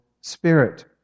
Spirit